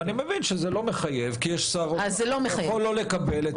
ואני מבין שזה לא מחייב כי יש שר אוצר שיכול לא לקבל את